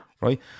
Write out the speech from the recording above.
right